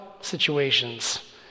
situations